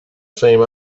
same